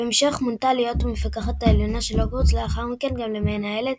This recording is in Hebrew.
בהמשך מונתה להיות המפקחת העליונה על הוגוורטס ולאחר מכן גם למנהלת